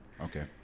Okay